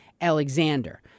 Alexander